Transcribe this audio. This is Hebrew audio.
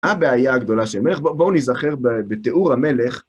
הבעיה הגדולה של מלך, בואו נזכר בתיאור המלך.